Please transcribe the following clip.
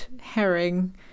herring